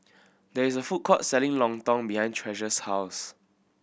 there is a food court selling Lontong behind Treasure's house